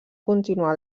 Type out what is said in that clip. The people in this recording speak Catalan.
continuar